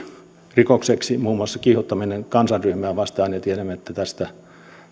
rikokseksi muun muassa kiihottaminen kansanryhmää vastaan ja tiedämme että tästä